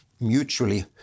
Mutually